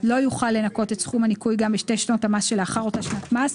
לא יוכל לנכות את סכום הניכוי גם בשתי שנות המס שלאחר אותה שנת מס.